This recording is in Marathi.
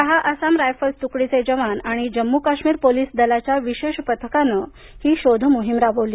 दहा आसाम रायफल्स तुकडीचे जवान आणि जम्मू काश्मीर पोलीस दलाच्या विशेष पथकानं ही शोधमोहीम राबवली